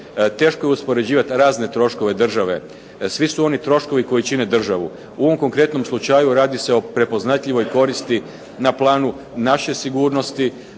Teško je uspoređivati razne troškove države. Svi su oni troškovi koji čine državu. U ovom konkretnom slučaju radi se o prepoznatljivoj koristi na planu naše sigurnosti.